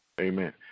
Amen